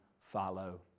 follow